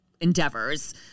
endeavors